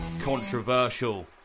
controversial